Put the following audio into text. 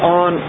on